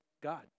God